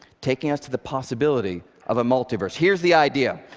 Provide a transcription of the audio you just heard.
taking us to the possibility of a multiverse. here's the idea.